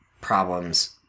problems